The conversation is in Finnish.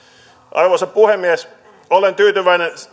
arvoisa puhemies olen tyytyväinen